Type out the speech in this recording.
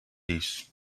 this